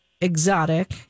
exotic